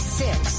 six